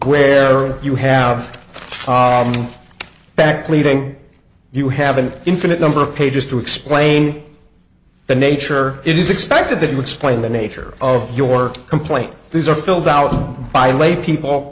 where you have to fact leaving you have an infinite number of pages to explain the nature it is expected that would explain the nature of your complaint these are filled out by lay people